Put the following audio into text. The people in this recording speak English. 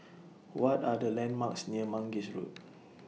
What Are The landmarks near Mangis Road